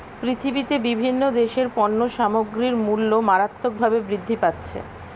পৃথিবীতে বিভিন্ন দেশের পণ্য সামগ্রীর মূল্য মারাত্মকভাবে বৃদ্ধি পাচ্ছে